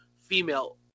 female